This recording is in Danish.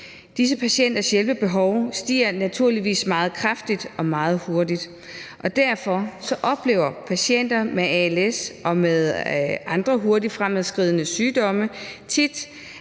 Disse patienters hjælpebehov stiger naturligvis meget kraftigt og meget hurtigt, og derfor oplever patienter med als og andre hurtigt fremadskridende sygdomme tit,